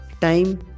time